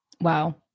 Wow